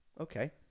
Okay